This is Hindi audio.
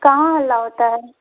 कहाँ हल्ला होता है